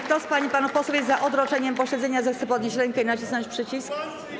Kto z pań i panów posłów jest za odroczeniem posiedzenia, zechce podnieść rękę i nacisnąć przycisk.